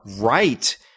right